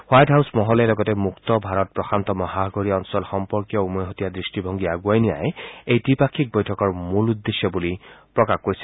white House মহলে লগতে মুক্ত ভাৰত প্ৰশান্ত মহাসাগৰীয় অঞ্চল সম্পৰ্কীয় উমৈহতীয়া দৃষ্টিভংগী আগুৱাই নিয়াই এই ব্ৰিপাক্ষিক বৈঠকত মূল উদ্দেশ্য বুলি প্ৰকাশ কৰিছে